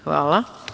Hvala.